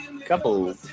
couple